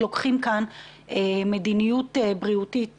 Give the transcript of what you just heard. לא נוקטים כאן במדיניות בריאותית מחמירה?